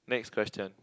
next question